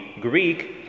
Greek